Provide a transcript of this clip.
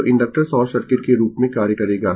तो inductor short circuit के रूप में कार्य करेगा